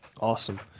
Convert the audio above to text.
Awesome